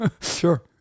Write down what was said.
sure